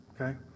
Okay